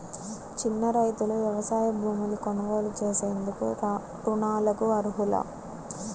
చిన్న రైతులు వ్యవసాయ భూములు కొనుగోలు చేసేందుకు రుణాలకు అర్హులా?